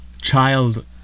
Child